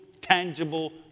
tangible